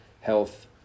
health